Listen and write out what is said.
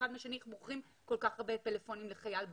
איך מוכרים כל כך הרבה פלאפונים לחייל בודד.